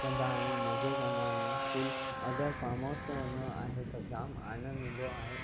कंदा आहियूं मज़ो कंदा आहियूं फुल अगरि फार्म हाउस ते वञणो आहे त जाम आनंदु ईंदो आहे